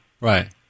Right